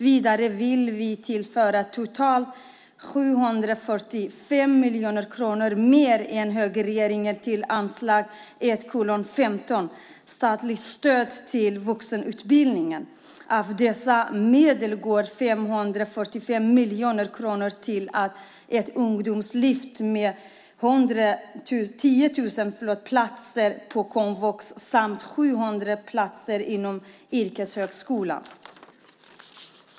Vidare vill vi tillföra totalt 745 miljoner kronor mer än högerregeringen till anslag 1:15, Statligt stöd till vuxenutbildningen. Av dessa medel går 545 miljoner kronor till ett ungdomslyft med 10 000 platser på komvux samt 700 platser inom yrkeshögskolan.